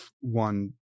one